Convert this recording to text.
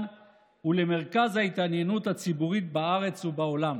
ולמרכז ההתעניינות הציבורית בארץ ובעולם.